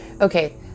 okay